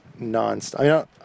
nonstop